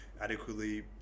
adequately